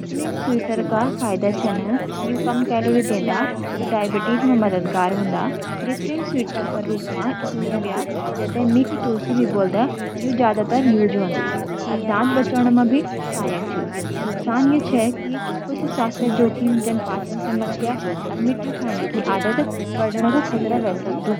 कृत्रिम स्वीटनर के फ़ायदे छन कि यू कम कैलोरी दि दा, डायबिटीज़ म मददगार हों दा। कृत्रिम स्वीटनर का रुप म स्टीविया जीते मीठी तुलसी भी बोलदा यू ज्यादातर यूज हों दु। अर दांत बचाण म भी सहायक छ। नुकसान यो छ कि कुछ स्वास्थ्य जोखिम, पाचन समस्या, अर मीठा खाने की आदत बढ़ण का खतरा ह्वे सक दु।